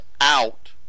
out